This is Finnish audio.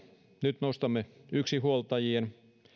nyt nostamme yksinhuoltajien